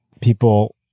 people